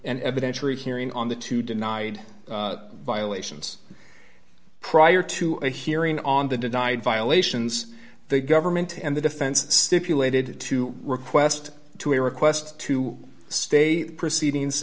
an evidentiary hearing on the two denied violations prior to a hearing on the denied violations the government and the defense stipulated to request to a request to stay proceedings